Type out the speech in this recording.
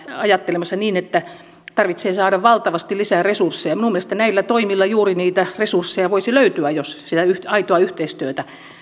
ajattelemassa että tarvitsee saada valtavasti lisää resursseja minun mielestäni näillä toimilla juuri niitä resursseja voisi löytyä jos sitä aitoa yhteistyötä